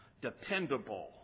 dependable